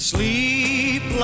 Sleep